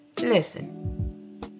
Listen